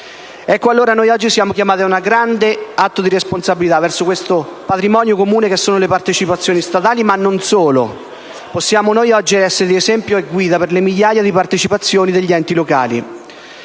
(1953). Noi oggi siamo chiamati ad un grande atto di responsabilità verso questo patrimonio comune che sono le partecipazioni statali. Ma non solo. Possiamo essere anche di esempio e guida per le migliaia di partecipazioni degli enti locali.